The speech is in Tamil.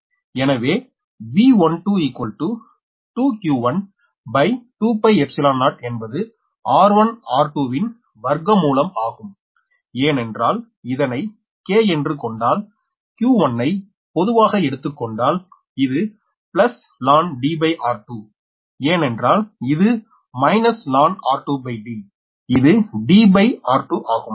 எனவே V12 2q120என்பது 𝑟1𝑟2 ன் வர்க்க மூலம் ஆகும் ஏனென்றால் இதனை k என்று கொண்டால் q1 ஐ பொதுவாக எடுத்துக்கொண்டால் இது ln ஏனென்றால் இது ln இது Dr2ஆகும்